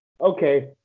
okay